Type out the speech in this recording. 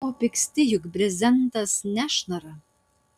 ko pyksti juk brezentas nešnara